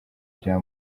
bya